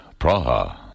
Praha